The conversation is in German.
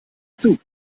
zug